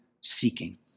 seeking